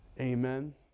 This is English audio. Amen